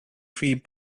tree